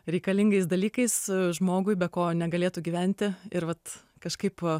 reikalingais dalykais žmogui be ko negalėtų gyventi ir vat kažkaip